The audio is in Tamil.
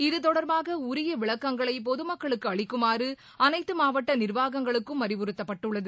இது தொடர்பாக உரிய விளக்கங்களை பொதுமக்களுக்கு அளிக்குமாறு அனைத்து மாவட்ட நிர்வாகங்களுக்கும் அறிவுறுத்தப்பட்டுள்ளது